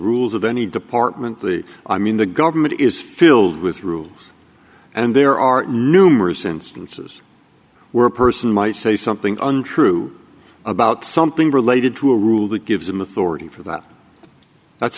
rules of any department the i mean the government is filled with rules and there are numerous instances where person might say something untrue about something related to a rule that gives them authority for that that's